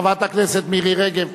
חברת הכנסת מירי רגב.